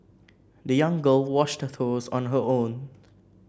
the young girl washed her shoes on her own